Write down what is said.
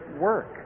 work